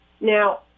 Now